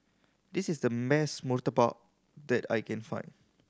this is the murtabak that I can find